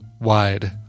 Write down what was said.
wide